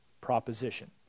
proposition